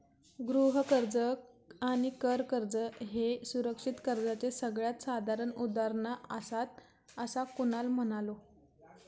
गृह कर्ज आणि कर कर्ज ह्ये सुरक्षित कर्जाचे सगळ्यात साधारण उदाहरणा आसात, असा कुणाल म्हणालो